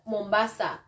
Mombasa